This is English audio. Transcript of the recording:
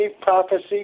prophecy